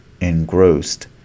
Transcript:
Engrossed